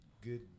good